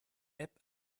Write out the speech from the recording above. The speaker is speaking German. app